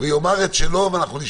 מני גורמן, לשכת עורכי הדין, בבקשה.